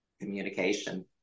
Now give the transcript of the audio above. communication